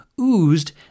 oozed